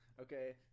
okay